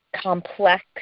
complex